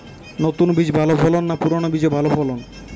নতুন বীজে ভালো ফলন না পুরানো বীজে ভালো ফলন?